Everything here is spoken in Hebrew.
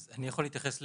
אז, אני יכול להתייחס.